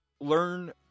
Learn